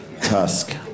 Tusk